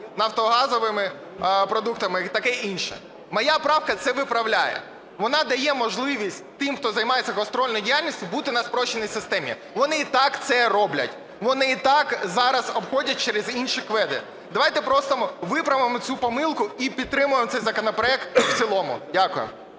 нафтогазовими продуктами і таке інше. Моя правка це виправляє. Вона дає можливість тим, хто займається гастрольною діяльністю, бути на спрощеній системі. Вони і так це роблять. Вони і так зараз обходять через інші КВЕДи. Давайте просто виправимо цю помилку і підтримаємо цей законопроект в цілому. Дякую.